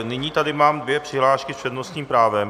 Nyní tady mám dvě přihlášky s přednostním právem.